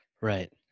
Right